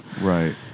Right